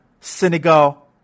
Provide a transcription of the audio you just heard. Senegal